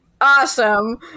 awesome